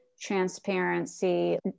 transparency